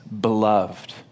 beloved